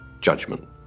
judgment